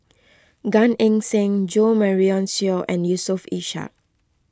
Gan Eng Seng Jo Marion Seow and Yusof Ishak